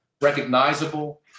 recognizable